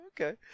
okay